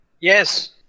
Yes